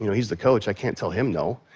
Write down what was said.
you know he's the coach, i can't tell him no.